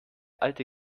alte